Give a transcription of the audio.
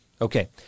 Okay